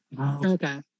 Okay